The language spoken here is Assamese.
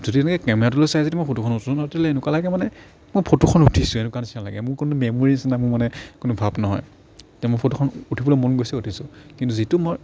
যদি তেনেকৈ কেমেৰাটোলৈ চাই যদি মই ফটোখন উঠো ন তেতিয়াহ'লে এনেকুৱা লাগে মই মানে ফটোখন উঠিছোঁ এনেকুৱা নিচিনা লাগে কোনো মেমৰিজ নাই মোৰ মানে কোনো ভাৱ নহয় তেতিয়া মই ফটোখন উঠিবলৈ মন গৈছে উঠিছোঁ কিন্তু যিটো মই